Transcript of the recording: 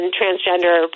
transgender